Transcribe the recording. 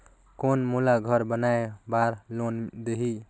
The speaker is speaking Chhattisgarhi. कौन मोला घर बनाय बार लोन देही?